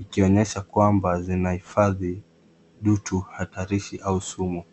ikionyesha kwamba zina hifadhi dutu hadharishi au sumu.